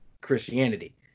Christianity